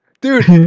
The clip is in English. Dude